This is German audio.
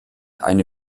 eine